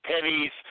pennies